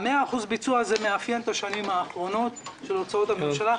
ה-100% ביצוע הזה מאפיין את השנים האחרונות של הוצאות הממשלה.